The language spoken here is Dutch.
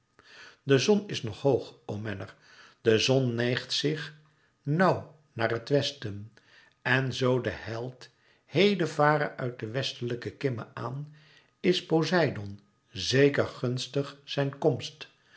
de zon is nog hoog o menner de zon nijgt zich nauw naar het westen en zoo de held heden vare uit de westelijke kimme aan is poseidoon zeker gunstig zijn komst